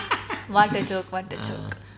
what a joke what a joke